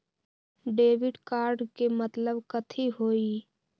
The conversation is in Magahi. डेबिट कार्ड के मतलब कथी होई?